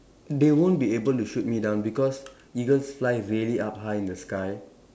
they won't be able to shoot me down because eagles fly really up high in the sky